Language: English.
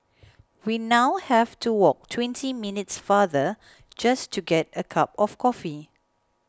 we now have to walk twenty minutes farther just to get a cup of coffee